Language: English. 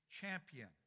champion